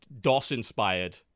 DOS-inspired